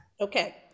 Okay